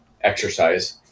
Exercise